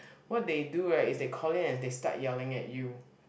what they do right is they call in and they start yelling at you